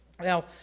now